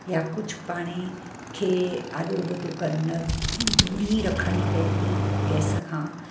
या कुझु पाण खे आडो उबितो कनि दूरी रखणी पए थी गैस खां